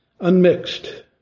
Unmixed